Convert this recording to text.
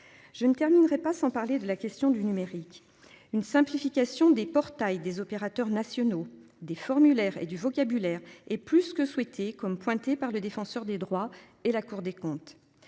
Je ne terminerai pas sans parler de la question du numérique, une simplification des portails des opérateurs nationaux des formulaires et du vocabulaire et plus que souhaité comme pointée par le défenseur des droits et la Cour des comptes,